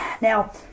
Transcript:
Now